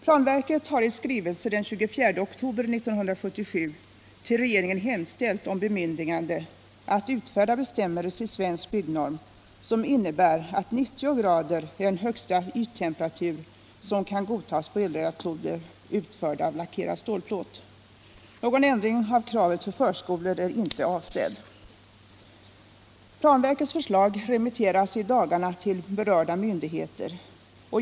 Planverket har i skrivelse den 24 oktober 1977 till regeringen hemställt om bemyndigande att utfärda bestämmelser i Svensk byggnorm, som innebär att 90 grader blir den högsta yttemperatur som godtas på elradiatorer, utförda av lackerad stålplåt. Någon ändring av kravet för förskolor är inte avsedd. Planverkets förslag remitteras i dagarna till berörda myndigheter.